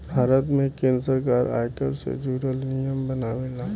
भारत में केंद्र सरकार आयकर से जुरल नियम बनावेला